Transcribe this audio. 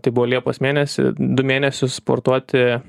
tai buvo liepos mėnesį du mėnesius sportuoti